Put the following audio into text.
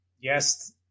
Yes